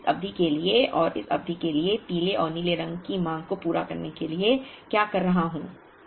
अब मैं इस अवधि के लिए और इस अवधि के लिए पीले और नीले रंग की मांग को पूरा करने के लिए क्या कर रहा हूं